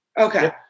Okay